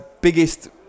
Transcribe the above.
Biggest